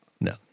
no